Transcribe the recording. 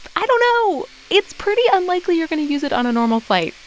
i don't know. it's pretty unlikely you're going to use it on a normal flight.